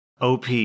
OP